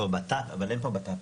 לא, בטט, אבל אין פה בטט.